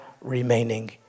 remaining